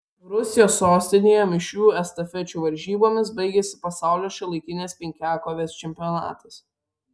rusijos sostinėje mišrių estafečių varžybomis baigėsi pasaulio šiuolaikinės penkiakovės čempionatas